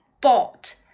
bought